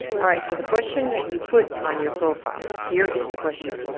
all right, so the question that you put on your profile, here is the question,